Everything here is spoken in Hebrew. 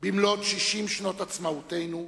במלאות 60 שנות עצמאותנו,